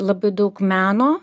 labai daug meno